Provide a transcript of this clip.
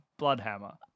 Bloodhammer